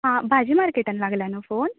आ भाजी मार्केटान लागल्या नू फोन